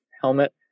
helmet